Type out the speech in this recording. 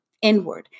Inward